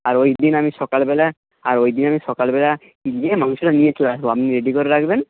আর ওই দিন আমি সকালবেলা আর ওই দিন আমি সকালবেলা গিয়ে মাংসটা নিয়ে চলে আসবো আপনি রেডি করে রাখবেন